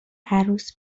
عروس